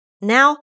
Now